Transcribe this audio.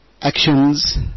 actions